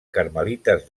carmelites